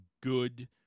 good